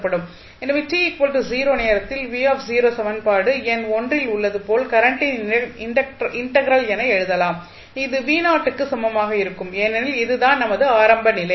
எனவே t 0 நேரத்தில் v சமன்பாடு எண் ல் உள்ளது போல் கரண்டின் இன்டெக்ரல் என எழுதலாம் இது க்கு சமமாக இருக்கும் ஏனெனில் இது தான் நமது ஆரம்ப நிலை